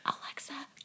Alexa